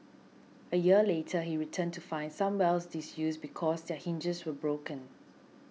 a year later he returned to find some wells disused because their hinges were broken